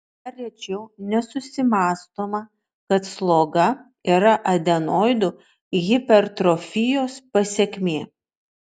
dar rečiau nesusimąstoma kad sloga yra adenoidų hipertrofijos pasekmė